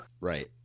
Right